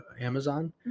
Amazon